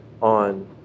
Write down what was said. on